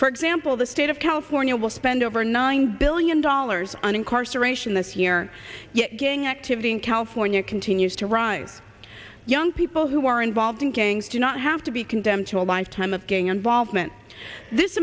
for example the state of california will spend over nine billion dollars on incarceration this year yet gang activity in california continues to rise young people who are involved in gangs do not have to be condemned to a lifetime of gang involvement this